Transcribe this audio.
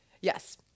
Yes